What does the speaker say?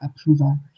approval